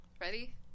Ready